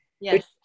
Yes